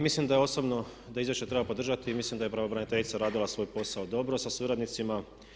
Mislim osobno da izvješće treba podržati i mislim da je pravobraniteljica radila svoj posao dobro sa suradnicima.